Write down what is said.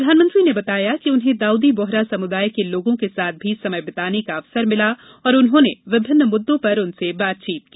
प्रधानमंत्री ने बताया कि उन्हें दाउदी बोहरा समुदाय के लोगों के साथ भी समय बिताने का अवसर मिला और उन्होंने विभिन्न मुद्दों पर उनसे बातचीत की